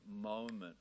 moment